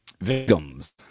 victims